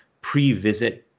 pre-visit